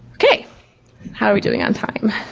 okay how are we doing on time?